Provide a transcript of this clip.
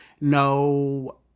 No